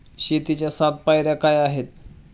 शेतीच्या सात पायऱ्या काय आहेत?